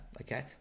okay